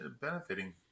benefiting